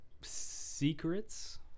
secrets